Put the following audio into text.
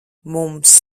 mums